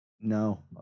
No